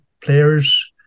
players